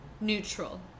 neutral